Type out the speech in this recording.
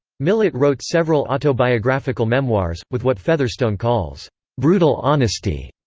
millett wrote several autobiographical memoirs, with what featherstone calls brutal honesty,